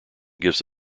gives